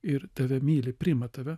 ir tave myli priima tave